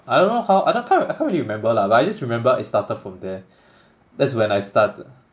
I don't know how I can't I can't really remember lah like I just remember it started from there that's when I start to